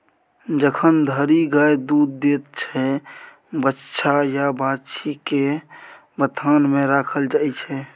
जखन धरि गाय दुध दैत छै बछ्छा या बाछी केँ बथान मे राखल जाइ छै